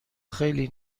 خیلی